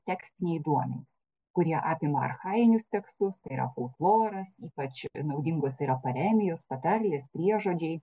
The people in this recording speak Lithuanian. tekstiniai duomenys kurie apima archajinius tekstus tai ura folkloras ypač naudingos yra paremijos patarlės priežodžiai